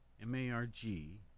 M-A-R-G